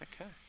Okay